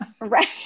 right